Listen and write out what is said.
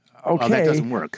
Okay